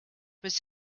was